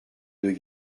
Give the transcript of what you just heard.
deux